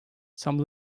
some